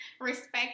Respect